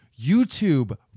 YouTube